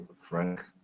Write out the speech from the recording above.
frank